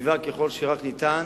יציבה ככל שניתן.